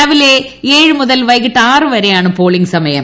രാവിലെ ഏഴ് മുതൽ വൈകിട്ട് ആറ് വരെയാണ് പോളിംഗ് സമയം